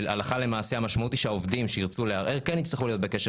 והלכה למעשה המשמעות היא שהעובדים שירצו לערער כן יצטרכו להיות בקשר